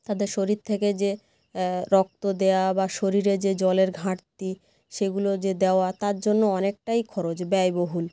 তাদের শরীর থেকে যে রক্ত দেওয়া বা শরীরে যে জলের ঘাটতি সেগুলো যে দেওয়া তার জন্য অনেকটাই খরচ ব্যয়বহুল